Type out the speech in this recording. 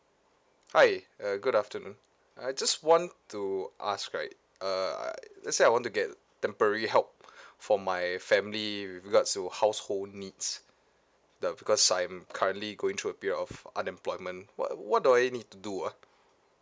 hi uh good afternoon I just want to ask right uh let's say I want to get temporary help for my family with regards to household needs the because I'm currently going through a bit of unemployment what what do I need to do ah